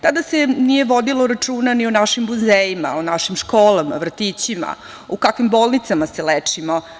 Tada se nije vodilo računa ni o našim muzejima, o našim školama, vrtićima, u kakvim bolnicama se lečimo.